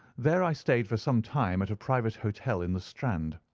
there i stayed for some time at a private hotel in the strand,